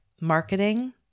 Marketing